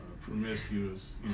promiscuous